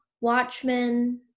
Watchmen